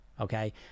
okay